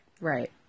right